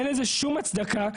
אין לזה שום הצדקה.